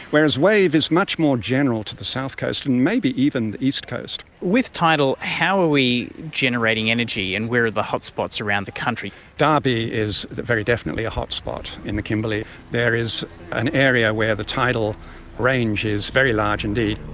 whereas wave is much more general to the south coast and maybe even the east coast. with tidal, how are we generating energy and where are the hotspots around the country? derby is very definitely a hotspot in the kimberleys. there is an area where the tidal range is very large indeed.